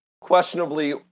questionably